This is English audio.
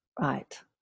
Right